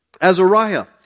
Azariah